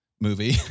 movie